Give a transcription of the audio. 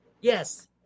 yes